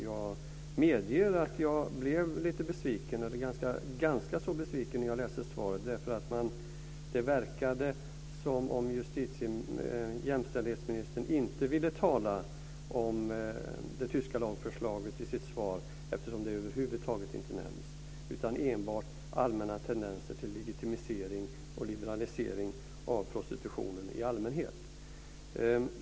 Jag medger att jag blev ganska besviken när jag läste svaret, därför att det verkade som om jämställdhetsministern inte ville tala om det tyska lagförslaget i sitt svar, eftersom det över huvud taget inte nämndes utan enbart allmänna tendenser till legitimering och liberalisering av prostitutionen i allmänhet.